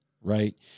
right